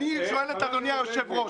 אדוני היושב-ראש,